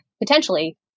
Potentially